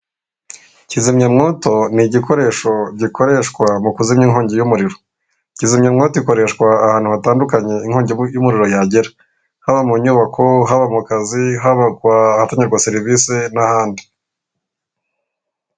Kizimyamwoto ni igikoresho gikoreshwa mu kuzimya inkongi y'umuriro. Kizimyamwoto ikoreshwa ahantu hatandukanye inkongi y'umuriro yagera, haba mu nyubako, haba mu kazi, haba ahatangirwa serivisi n'ahandi.